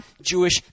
Jewish